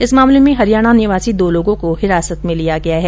इस मामले में हरियाणा निवासी दो लोगों को हिरासत में लिया गया है